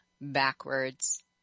backwards